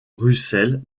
russel